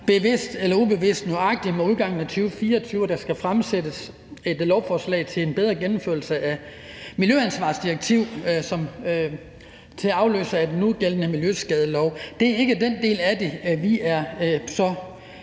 bevidst eller ubevidst – at det nøjagtig er med udgangen af 2024, at der skal fremsættes et lovforslag om en bedre gennemførelse af miljøansvarsdirektivet i forhold til at afløse den nugældende miljøskadelov. Det er ikke den del af det, vi er så